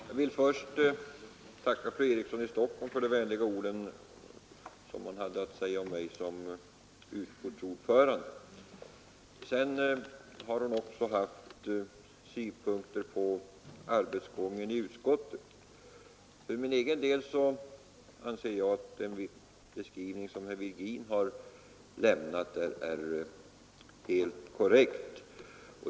Herr talman! Jag vill först tacka fru Eriksson i Stockholm för de vänliga ord hon hade att säga om mig som utskottsordförande. Hon har också haft synpunkter på arbetsgången i utskottet. För min egen del anser jag att den beskrivning som herr Virgin lämnat är helt korrekt.